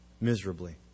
miserably